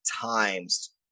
times